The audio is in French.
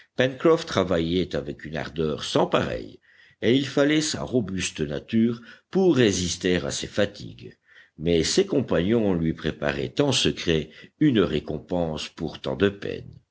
travaillait avec une ardeur sans pareille et il fallait sa robuste nature pour résister à ces fatigues mais ses compagnons lui préparaient en secret une récompense pour tant de peines